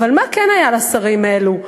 אבל מה כן היה לשרים האלה?